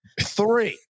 three